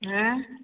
ହଁ